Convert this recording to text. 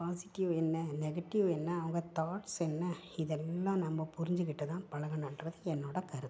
positive என்ன negative என்ன அவங்க தாட்ஸ் என்ன இதெல்லாம் நம்ம புரிஞ்சிக்கிட்டுதான் பழகணுன்றது என்னோடய கருத்து